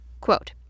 Quote